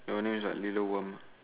all these like little warm